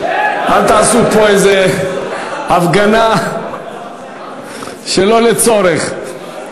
אל תעשו פה איזה הפגנה שלא לצורך.